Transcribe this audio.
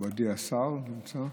מכובדי השר נמצא?